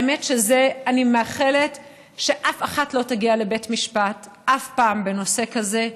האמת היא שאני מאחלת שאף אחת לא תגיע לבית משפט אף פעם בנושא כזה,